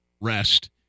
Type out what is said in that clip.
rest